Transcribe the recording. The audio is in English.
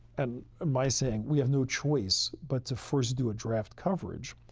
and my saying we have no choice but to first do a draft coverage.